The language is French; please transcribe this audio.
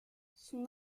son